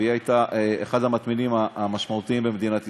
והיא הייתה אחת המטמינות המשמעותיות במדינת ישראל,